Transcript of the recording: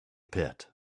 pit